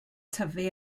tyfu